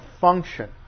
function